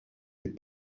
est